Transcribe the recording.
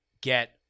get